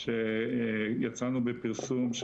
יצאנו בפרסום,